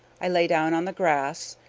i lay down on the grass,